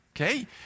okay